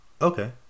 Okay